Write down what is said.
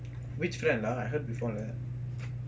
which friend ah I heard before leh